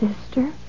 sister